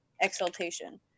exaltation